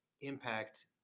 impact